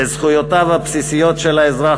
בזכויותיו הבסיסיות של האזרח,